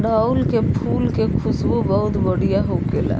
अढ़ऊल के फुल के खुशबू बहुत बढ़िया होखेला